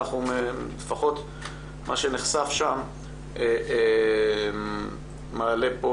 לפחות מה שנחשף שם מעלה פה